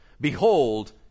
Behold